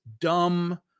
dumb